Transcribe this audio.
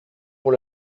pour